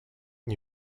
you